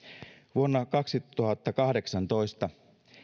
vuonna kaksituhattakahdeksantoista